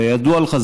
כידוע לך,